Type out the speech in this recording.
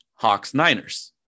Hawks-Niners